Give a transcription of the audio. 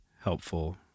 helpful